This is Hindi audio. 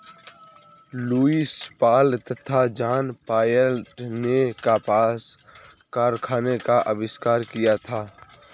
लुईस पॉल तथा जॉन वॉयट ने कपास कारखाने का आविष्कार किया था